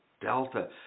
delta